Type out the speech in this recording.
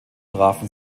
trafen